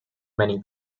many